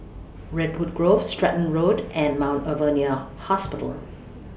Redwood Grove Stratton Road and Mount Alvernia Hospital